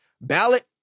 ballot